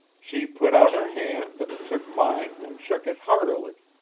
she put out her hand, and took mine and shook it heartily,